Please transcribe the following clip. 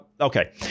okay